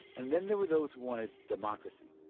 and then there were those who wanted democracy.